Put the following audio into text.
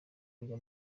kujya